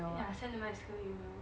ya sent to my school email